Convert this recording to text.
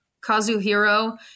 Kazuhiro